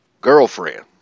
girlfriend